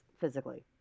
physically